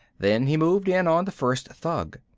then he moved in on the first thug.